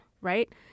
right